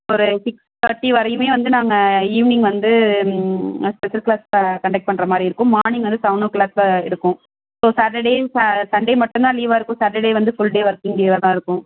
ஒரு six thirty வரையுமே வந்து நாங்கள் ஈவினிங் வந்து ஸ்பெஷல் கிளாஸ் கண்டக்ட் பண்ணுற மாதிரி இருக்கும் மார்னிங் வந்து செவன் ஓ கிளாக்காக இருக்கும் ஸோ சாட்டர்டே சண்டே மட்டும் தான் லீவ்வாக இருக்கு சாட்டர்டே வந்து ஃபுல் டே ஒர்க்கிங் டேவாக தான் இருக்கும்